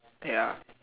ya